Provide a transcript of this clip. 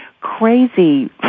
crazy